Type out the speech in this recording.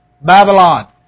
Babylon